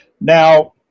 Now